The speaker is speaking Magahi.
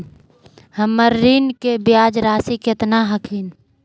हमर ऋण के ब्याज रासी केतना हखिन?